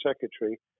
secretary